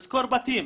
לשכור בתים